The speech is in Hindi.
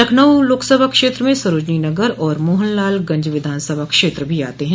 लखनऊ लोकसभा क्षेत्र में सरोजनी नगर और मोहनलालगंज विधानसभा क्षेत्र भी आते हैं